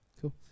cool